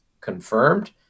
confirmed